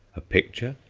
a picture,